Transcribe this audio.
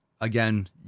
Again